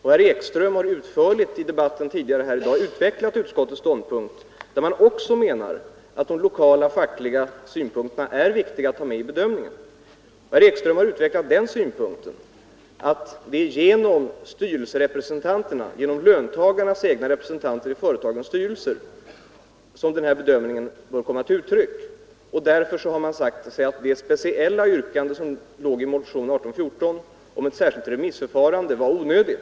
Herr Ekström har tidigare i dag utförligt utvecklat utskottets ståndpunkt och framhållit att även utskottet menade att de lokala fackliga synpunkterna är viktiga att ta med vid bedömningen. Herr Ekström utvecklade också den synpunkten att det är genom löntagarnas egna representanter i företagens styrelser som denna bedömning skall komma till uttryck, och därför har utskottet sagt att det speciella yrkandet i motionen 1814 om ett särskilt remissförfarande var onödigt.